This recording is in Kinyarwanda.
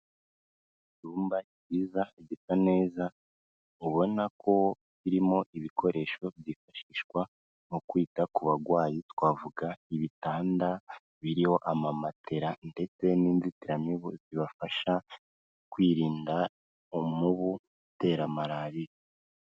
Icyumba cyiza gisa neza ubona ko kirimo ibikoresho byifashishwa mu kwita ku barwayi, twavuga ibitanda biririmo amamatera ndetse n'inzitiramibu zibafasha kwirinda umubu utera malariya.